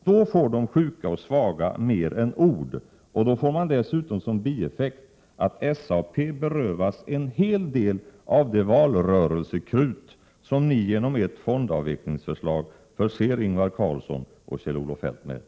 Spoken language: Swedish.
Då får de sjuka och svaga mer än ord, och då får man dessutom som bieffekt att SAP berövas en hel del av det valrörelsekrut som ni, genom ert fondavvecklingsförslag, förser Ingvar Carlsson och Kjell-Olof Feldt med.